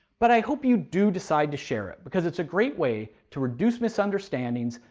but i hope you do decide to share it, because it's a great way to reduce misunderstandings,